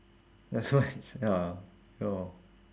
that's why it's ya ya